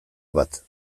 bat